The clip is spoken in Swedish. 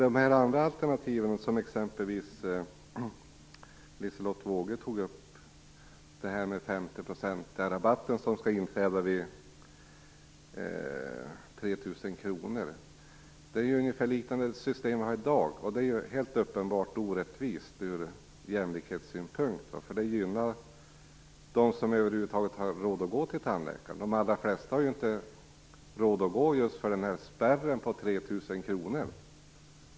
De andra alternativ som exempelvis Liselotte Wågö tog upp, bl.a. den 50-procentiga rabatt som skall inträda vid 3 000 kr, liknar ungefär det system vi har i dag som helt uppenbart är orättvist ur jämlikhetssynpunkt. Det gynnar nämligen de som över huvud taget har råd att gå till tandläkaren. De allra flesta har ju inte råd att gå just på grund av denna spärr på 3 000 kr.